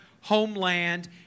homeland